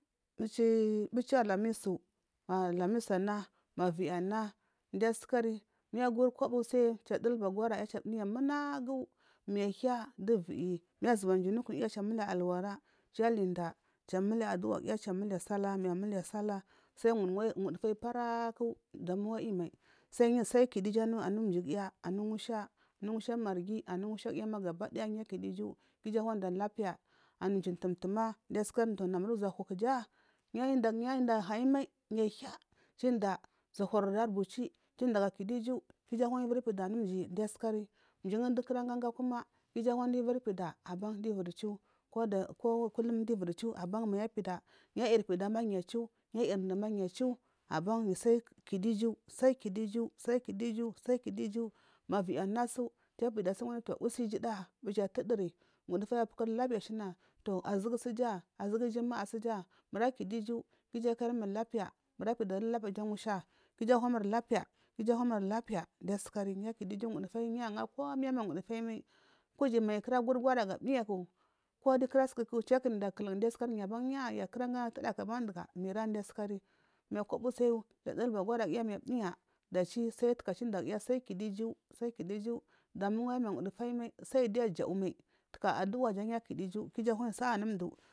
Mbechi mbechi alamisu ah lamisuna viyi na giyu askari kobo utsiyu kidulba goraguya kiu duya munagu mihiya du viyi mibuba jina ukuyi kiu amuliya alwala kiu alida kiya miliya duwa giya kiya miliya sallah sal wuwafa paraku damuwa aiyimai sai kidu iju anu mjigiya anumusha anu musha marghi musha giyama yu akidu iju anuda ki iju ahuwanda k-lapiya anu tsi mtu mtuma jan sukuri namur ujar huja manyu inda many inda yaha ahayimai kiyuya kiinda juhur arbuchi indaga kudu iju ki iju anyi wirpida anu mji payi asukarari mjigu kuda ganga kuma ku iju ahuwanda iviri pida aban giyu iviri chu ko kullum giyu iviri chu aban manyu apida yu iyri pidama yu achu yu afirdama yu achu aban yu sai kidu iju sai kidu iju sai kidu iju sal kidu iju ma vivina tsu kipida chil ki kidu iju da mbechi tuduri apukuri lapiya ashina azugu tsuja mbichi jumma tsu mura kudu iju ku iju akauimur lapiya murapida lapiya ja musha ku iju awamur lapiya kiju wamur lapiya sukari yu kidu iju uwudufayu yu anfari komai arwe dufayimal kuji manyu kuda gungori ga mdiyaku kodukura susuku diyu asukara ja kuranga jan atudaku induga mira ma koba utsiyu kiya ndulba gora giya kul dunya dachi sai kidaguya sai kidu iju sai kudu iju damuwa aiyi umiyawudufayimai sai diya ajaumai taka achma jan diyu akidu iju ki iju ahuwanyi sa’a anumdu.